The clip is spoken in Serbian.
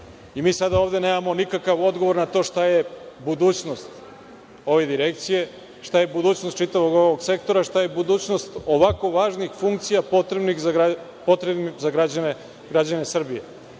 sada ovde nemamo nikakav odgovor na to šta je budućnost ove direkcije, šta je budućnost čitavog ovog sektora, šta je budućnost ovako važnih funkcija potrebnih za građane Srbije. Dakle,